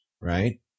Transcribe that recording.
Right